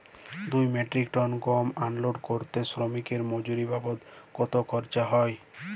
দুই metric ton গম unload করতে শ্রমিক এর মজুরি বাবদ কত খরচ হয়?